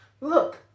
Look